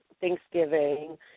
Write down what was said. Thanksgiving